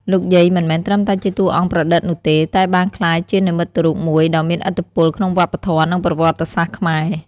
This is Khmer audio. លោកយាយមិនមែនត្រឹមតែជាតួអង្គប្រឌិតនោះទេ តែបានក្លាយជានិមិត្តរូបមួយដ៏មានឥទ្ធិពលក្នុងវប្បធម៌ និងប្រវត្តិសាស្ត្រខ្មែរ។